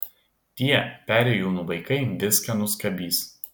tie perėjūnų vaikai viską nuskabys